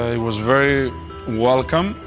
was very welcome.